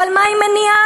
אבל מה עם מניעה?